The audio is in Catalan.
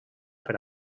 per